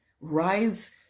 rise